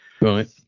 Right